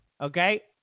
okay